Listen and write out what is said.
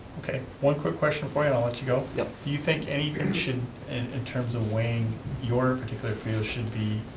okay, one quick question for you, and i'll let you go. yep. do you think anything should, and in terms of weighing your particular fears should be,